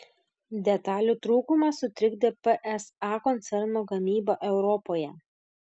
detalių trūkumas sutrikdė psa koncerno gamybą europoje